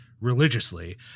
religiously